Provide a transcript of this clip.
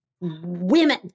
women